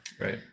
Right